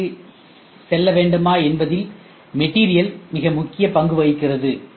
சிக்கு செல்ல வேண்டுமா என்பதில் மெட்டீரியல் மிக முக்கிய பங்கு வகிக்கிறது